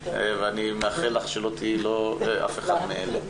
ואני מאחל לך שלא תהיי אף אחד מאלה.